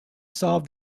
solve